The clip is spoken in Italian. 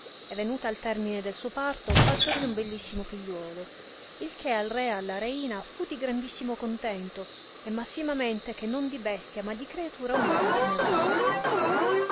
e venuta al termine del suo parto partorì un bellissimo figliuolo il che al re e alla reina fu di grandissimo contento e massimamente che non di bestia ma di creatura umana teneva la forma